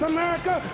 America